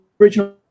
original